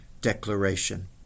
declaration